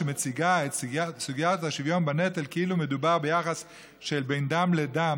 שמציגה את סוגיית השוויון בנטל כאילו מדובר ביחס של איפה ואיפה לדם,